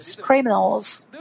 criminals